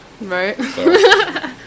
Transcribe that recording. Right